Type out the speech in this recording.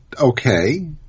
Okay